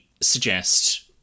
suggest